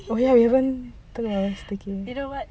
oh ya we haven't do our staycay